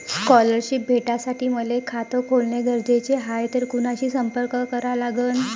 Scholarship भेटासाठी मले खात खोलने गरजेचे हाय तर कुणाशी संपर्क करा लागन?